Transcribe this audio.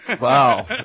wow